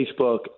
Facebook